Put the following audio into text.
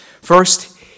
First